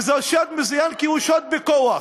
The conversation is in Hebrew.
וזה שוד מזוין, כי הוא שוד בכוח.